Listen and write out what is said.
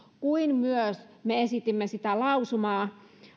me myös esitimme sitä lausumaa